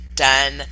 Done